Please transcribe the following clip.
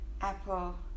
Apple